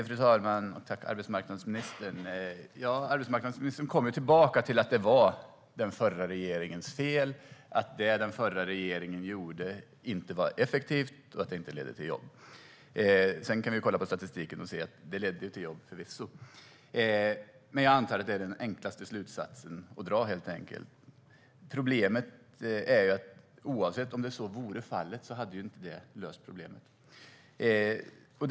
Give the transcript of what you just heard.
Fru talman! Jag tackar arbetsmarknadsministern. Arbetsmarknadsministern kommer tillbaka till att det var den förra regeringens fel, att det som den förra regeringen gjorde inte var effektivt och inte ledde till jobb. Sedan kan vi kolla på statistiken och se att det förvisso ledde till jobb, men jag antar att detta helt enkelt är den enklaste slutsatsen att dra. Även om så vore fallet hade det dock inte löst problemet.